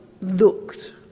looked